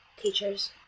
Teachers